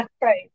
Right